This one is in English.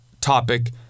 topic